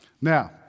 Now